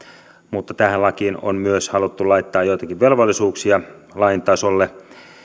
mutta tähän lakiin on myös haluttu laittaa joitakin velvollisuuksia lain tasolle